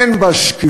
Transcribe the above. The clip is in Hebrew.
אין בה שקיפות,